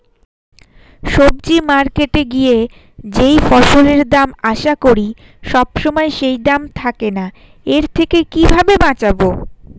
সবজি মার্কেটে গিয়ে যেই ফসলের দাম আশা করি সবসময় সেই দাম থাকে না এর থেকে কিভাবে বাঁচাবো?